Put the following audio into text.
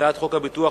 הצעת חוק התגמולים